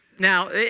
Now